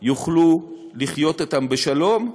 יוכלו לחיות אתם בשלום,